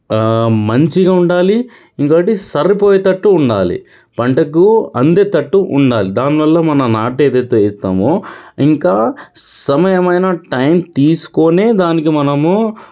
మంచిగా ఉండాలి ఇంకోకటి సరిపోయేటట్టు ఉండాలి పంటకు అందేటట్టు ఉండాలి దానివల్ల మన నాటు ఏదైతే వేస్తామో ఇంకా సమయమైన టైం తీసుకోనే దానికి మనము